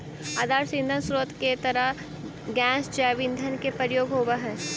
आदर्श ईंधन स्रोत के तरह गैस जैव ईंधन के प्रयोग होवऽ हई